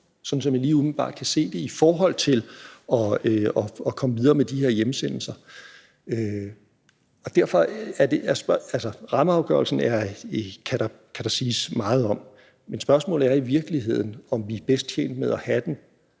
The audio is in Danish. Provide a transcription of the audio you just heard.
sådan som jeg lige umiddelbart kan se det, i forhold til at komme videre med de her hjemsendelser. Rammeafgørelsen kan der siges meget om, men spørgsmålet er i virkeligheden, om vi er bedst tjent med at have den